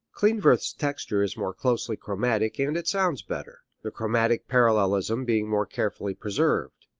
klindworth's texture is more closely chromatic and it sounds better, the chromatic parallelism being more carefully preserved.